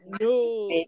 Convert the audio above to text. no